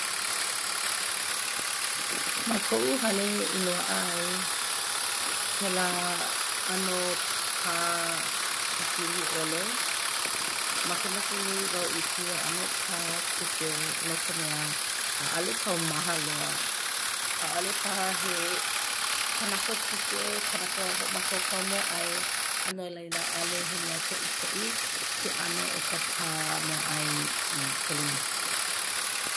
Ma koʻu hale i loaʻa ai kēlā ʻano pā pipili ʻole. Makemake nui wau i kēia ʻano pā kuke no ka mea ʻaʻale kaumaha loa. ʻAʻole paha he kanaka kuke kanaka hoʻomākaukau meaʻai a no laila ʻaʻole he mea koʻikoʻi ke ʻano o ka pā meaʻai i ka lumi kuke.